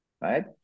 right